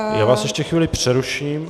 Já vás ještě chvíli přeruším.